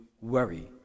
worry